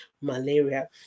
malaria